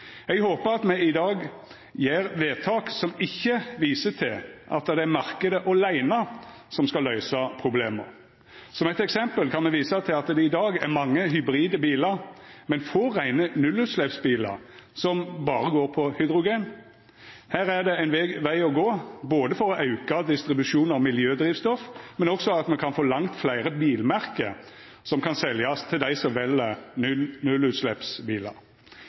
Eg håpar at me i dag gjer vedtak som ikkje viser til at det er marknaden åleine som skal løysa problema. Som eit eksempel kan me visa til at det i dag er mange hybridbilar, men få reine nullutsleppsbilar som berre går på hydrogen. Her er det ein veg å gå både for å få auka distribusjonen av miljødrivstoff, men òg for å få langt fleire bilmerke som kan seljast til dei som vel nullutsleppsbilar.